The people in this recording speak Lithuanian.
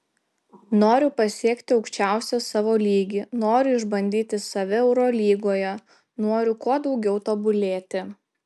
noriu pasiekti aukščiausią savo lygį noriu išbandyti save eurolygoje noriu kuo daugiau tobulėti